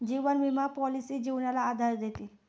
जीवन विमा पॉलिसी जीवनाला आधार देते